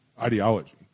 ideology